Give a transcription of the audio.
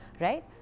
right